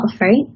right